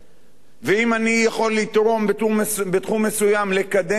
ואם אני יכול לתרום בתחום מסוים, לקדם קצת,